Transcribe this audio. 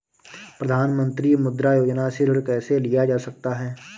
प्रधानमंत्री मुद्रा योजना से ऋण कैसे लिया जा सकता है?